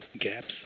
gaps